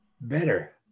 better